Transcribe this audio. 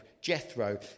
Jethro